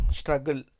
struggle